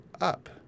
up